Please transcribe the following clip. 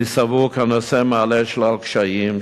אני סבור שהנושא מעלה שלל קשיים,